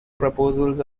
proposals